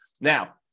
now